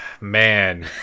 Man